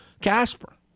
Casper